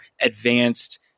advanced